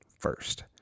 first